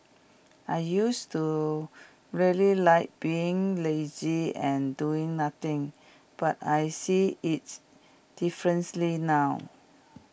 I used to really like being lazy and doing nothing but I see its differently now